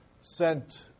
sent